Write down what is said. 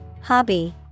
Hobby